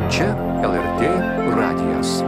čia lrt radijas